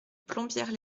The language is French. plombières